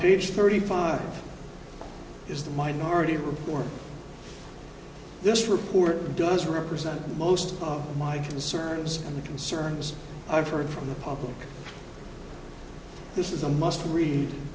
page thirty five is the minority report this report does represent most of my concerns and the concerns i've heard from the public this is a must read